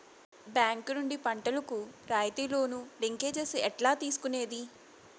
Bank నుండి పంటలు కు రాయితీ లోను, లింకేజస్ ఎట్లా తీసుకొనేది?